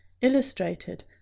illustrated